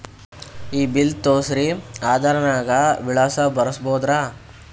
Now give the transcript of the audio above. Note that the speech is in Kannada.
ಈ ಬಿಲ್ ತೋಸ್ರಿ ಆಧಾರ ನಾಗ ವಿಳಾಸ ಬರಸಬೋದರ?